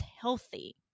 healthy